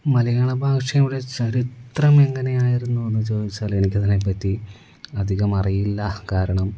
മലയാള ഭാഷയുടെ ചരിത്രമെങ്ങനെയായിരുന്നുവെന്നു ചോദിച്ചാൽ എനിക്കതിനെപ്പറ്റി അധികം അറിയില്ല കാരണം